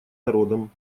народам